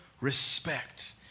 respect